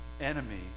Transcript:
enemy